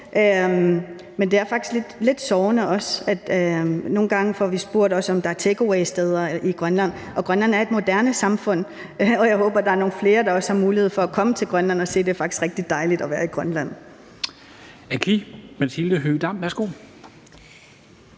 men det er faktisk også lidt sårende. Nogle gange bliver vi også spurgt, om der er take away-steder i Grønland. Grønland er et moderne samfund, og jeg håber, at der er nogle flere, der også har mulighed for at komme til Grønland og se, at det faktisk er rigtig dejligt at være i Grønland.